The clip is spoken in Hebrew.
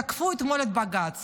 תקפו אתמול את בג"ץ.